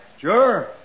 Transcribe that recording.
Sure